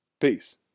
Peace